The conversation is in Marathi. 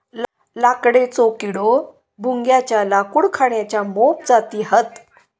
लाकडेचो किडो, भुंग्याच्या लाकूड खाण्याच्या मोप जाती हत